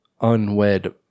Unwed